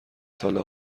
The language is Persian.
سال